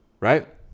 Right